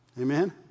Amen